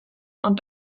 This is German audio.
und